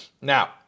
now